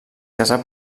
casà